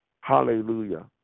Hallelujah